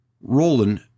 Roland